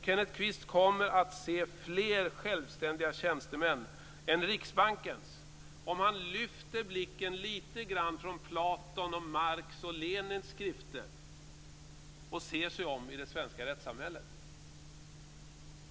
Kenneth Kvist kommer att se fler självständiga tjänstemän än Riksbankens om han lyfter blicken lite grand från Platons, Marx och Lenins skrifter och ser sig om i det svenska rättssamhället.